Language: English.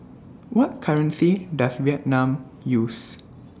What currency Does Vietnam use